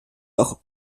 auch